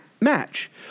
match